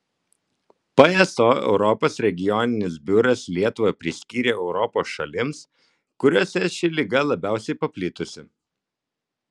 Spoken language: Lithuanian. pso europos regioninis biuras lietuvą priskyrė europos šalims kuriose ši liga labiausiai paplitusi